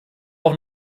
auch